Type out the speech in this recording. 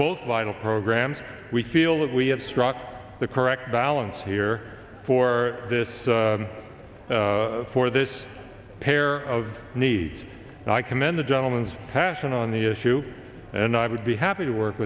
both vital programs we feel that we have struck the correct balance here for this for this pair of needs and i commend the gentleman's passion on the issue and i would be happy to work